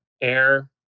Air